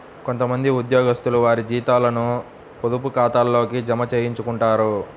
కొంత మంది ఉద్యోగస్తులు వారి జీతాలను పొదుపు ఖాతాల్లోకే జమ చేయించుకుంటారు